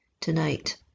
To-night